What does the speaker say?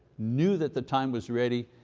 knew that the time was ready,